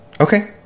Okay